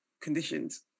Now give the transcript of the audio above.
conditions